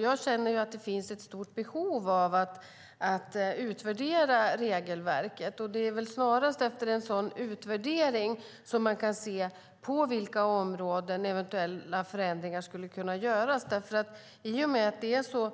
Jag känner att det finns ett stort behov av att utvärdera regelverket. Det är väl snarast efter en sådan utvärdering som man kan se på vilka områden eventuella förändringar skulle kunna göras. I och med att det är ett så